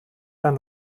ein